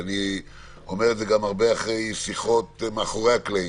ואני אומר את זה גם הרבה אחרי שיחות מאחורי הקלעים,